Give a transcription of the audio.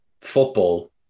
football